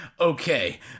okay